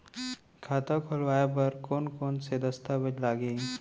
खाता खोलवाय बर कोन कोन से दस्तावेज लागही?